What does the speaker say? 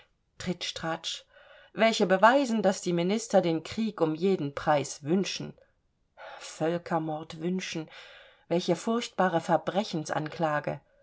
welche beweisen daß die minister den krieg um jeden preis wünschen völkermord wünschen welche furchtbare